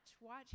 watch